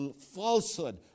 falsehood